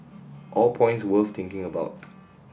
all points worth thinking about